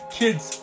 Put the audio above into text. kids